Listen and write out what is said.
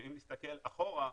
ואם נסתכל אחורה,